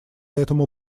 этому